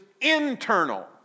internal